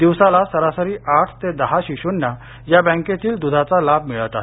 दिवसाला सरासरी आठ ते दहा शिश्नां या बँकेतील दुधाचा लाभ मिळत आहे